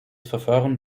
verfahren